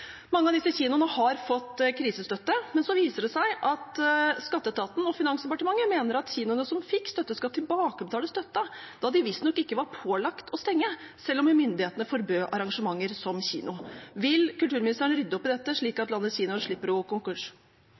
Mange av disse kinoene har fått krisestøtte, men så viser det seg at skatteetaten og Finansdepartementet mener at kinoene som fikk støtte, skal tilbakebetale støtten, da de visstnok ikke var pålagt å stenge, selv om myndighetene forbød arrangementer som kino. Vil kulturministeren rydde opp i dette, slik at landets kinoer slipper å gå konkurs?